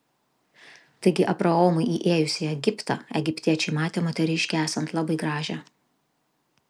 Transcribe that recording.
taigi abraomui įėjus į egiptą egiptiečiai matė moteriškę esant labai gražią